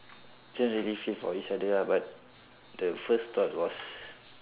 just really fit for each other ah but the first thought was